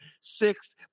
sixth